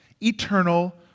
eternal